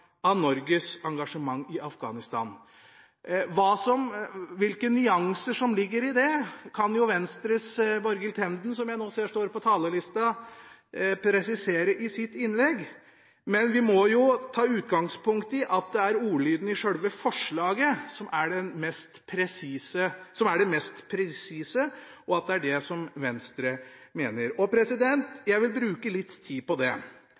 av Norges engasjement i Afghanistan. Hvilke nyanser som ligger i det, kan jo Venstres Borghild Tenden, som jeg nå ser står på talerlista, presisere i sitt innlegg, men vi må ta utgangspunkt i at det er ordlyden i sjølve forslaget som er det mest presise, og at det er det Venstre mener, og jeg vil bruke litt tid på det.